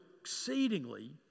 exceedingly